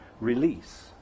release